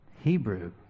Hebrew